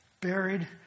buried